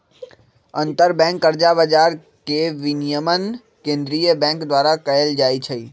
अंतरबैंक कर्जा बजार के विनियमन केंद्रीय बैंक द्वारा कएल जाइ छइ